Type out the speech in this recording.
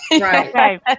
Right